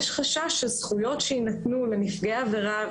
יש חשש שזכויות שיינתנו לנפגעי עבירה,